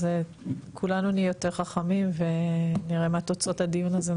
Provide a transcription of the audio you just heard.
אז כולנו נהיה יותר חכמים ונראה מה תוצאות הדיון הזה,